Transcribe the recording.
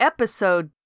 Episode